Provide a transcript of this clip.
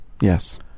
Yes